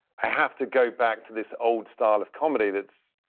i have to go back to this old style of comedy that's